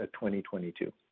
2022